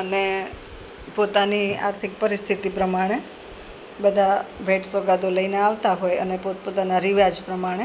અને પોતાની આર્થિક પરિસ્થિતિ પ્રમાણે બધાં ભેટ સોગાદો લઈને આવતાં હોય અને પોત પોતાના રિવાજ પ્રમાણે